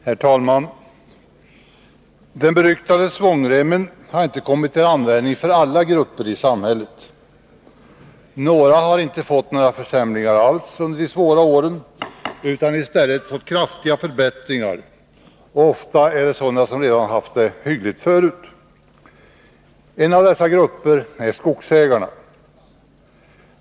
Herr talman! Den beryktade svångremmen har inte kommit till användning för alla grupper i samhället. Några har inte fått några försämringar alls under de svåra åren utan har i stället fått kraftiga förbättringar. Ofta gäller det sådana som redan haft det hyggligt förut. En av dessa grupper är skogsägarna.